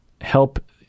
help